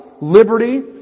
liberty